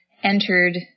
entered